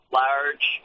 large